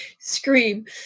scream